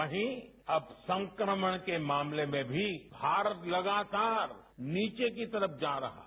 वहीं अव संक्रमण के मामले में भी भारत लगातार नीचे की तरफ जा रहा है